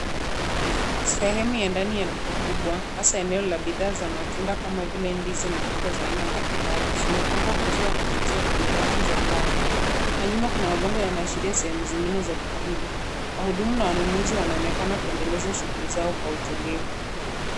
Sehemu ya ndani ya duka kubwa, hasa eneo la bidhaa za matunda kama vile ndizi na mboga za aina mbalimbali zimepangwa kwa njia ya kuvutia kwenye rafu za mbao. Kwa nyuma kuna mabango yanaashiria sehemu zingine za duka hilo. Wahudumu na wanunuzi wanaonekana kuendeleza shughuli zao kwa utulivu.